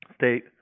state